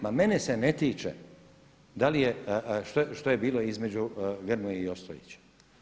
Ma mene se ne tiče da li je, što je bilo između Grmoje i Ostojića.